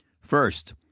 First